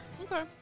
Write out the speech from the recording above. Okay